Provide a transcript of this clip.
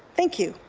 thank you.